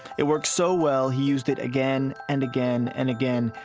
it worked so well, he used it again and again and again.